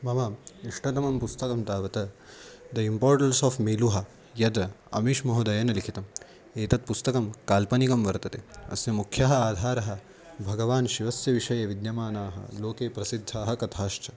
मम इष्टतमं पुस्तकं तावत् द इम्पोर्टेल्ट्स् आफ़् मेलुहा यद् अमीश् महोदयेन लिखितम् एतत् पुस्तकं काल्पनिकं वर्तते अस्य मुख्यः आधारः भगवान् शिवस्य विषये विद्यमानाः लोके प्रसिद्धाः कथाश्च